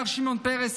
מר שמעון פרס,